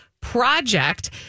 project